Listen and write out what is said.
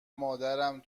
مادرم